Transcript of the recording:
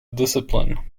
discipline